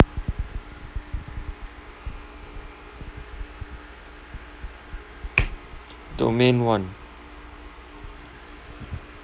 domain one